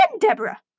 Deborah